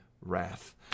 wrath